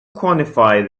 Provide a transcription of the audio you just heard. quantify